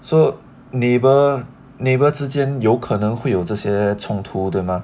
so neighbour neighbour 之间有可能会有这些冲突对吗